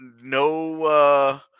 no